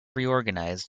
reorganized